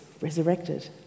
resurrected